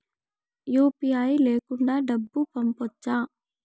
UPI లేకుండా డబ్బు పంపొచ్చా